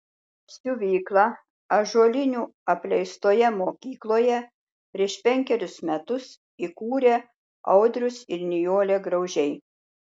siuvyklą ąžuolinių apleistoje mokykloje prieš penkerius metus įkūrė audrius ir nijolė graužiai